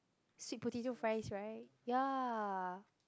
sweet potato fries right ya